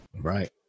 Right